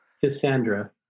Cassandra